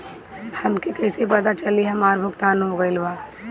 हमके कईसे पता चली हमार भुगतान हो गईल बा?